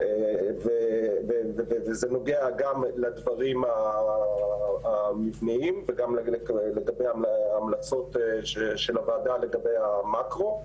זה נוגע גם לדברים המבניים וגם לגבי ההמלצות של הוועדה לגבי המאקרו,